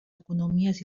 economies